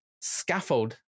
scaffold